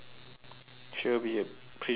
she will be pretty much done